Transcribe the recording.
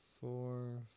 four